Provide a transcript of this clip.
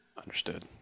Understood